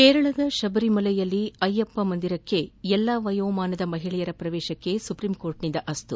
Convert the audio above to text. ಕೇರಳದ ಶಬರಿಮಲೆಯಲ್ಲಿ ಅಯ್ತಪ್ಪ ಮಂದಿರಕ್ಕೆ ಎಲ್ಲಾ ವಯೋಮಾನದ ಮಹಿಳೆಯರ ಶ್ರವೇಶಕ್ಕೆ ಸುಪ್ರೀಂಕೋರ್ಟ್ನಿಂದ ಅಸ್ತು